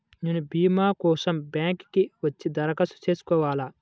నేను భీమా కోసం బ్యాంక్కి వచ్చి దరఖాస్తు చేసుకోవాలా?